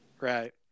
Right